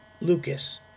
Lucas